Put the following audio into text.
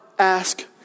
Ask